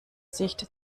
sicht